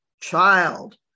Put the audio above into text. Child